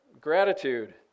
gratitude